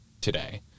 today